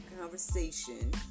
conversation